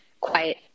quiet